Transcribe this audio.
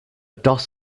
doss